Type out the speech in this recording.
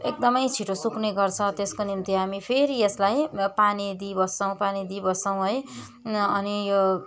एकदमै छिटो सुक्ने गर्छ त्यसको निम्ति हामी फेरि यसलाई पानी दिइबस्छौँ पानी दिइबस्छौँ है अनि यो